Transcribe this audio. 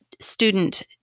student